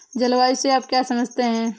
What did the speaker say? जलवायु से आप क्या समझते हैं?